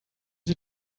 sie